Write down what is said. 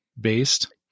based